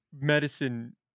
medicine